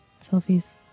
selfies